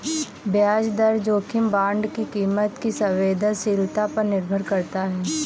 ब्याज दर जोखिम बांड की कीमत की संवेदनशीलता पर निर्भर करता है